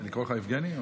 לקרוא לך יבגני?